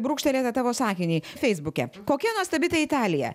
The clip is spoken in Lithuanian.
brūkštelėtą tavo sakinį feisbuke kokia nuostabi ta italija